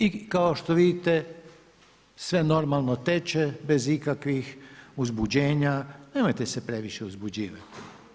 I kao što vidite, sve normalno teče bez ikakvih uzbuđenja, nemojte se previše uzbuđivati.